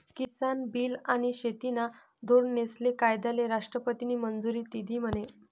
किसान bill आनी शेतीना धोरनेस्ले कायदाले राष्ट्रपतीनी मंजुरी दिधी म्हने?